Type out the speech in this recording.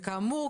כאמור,